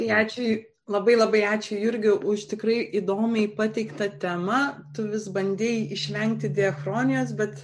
tai ačiū labai labai ačiū jurgiui už tikrai įdomiai pateikta temą tu vis bandei išvengti diachronijos bet